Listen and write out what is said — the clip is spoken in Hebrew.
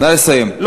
נא לסיים.